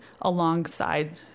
alongside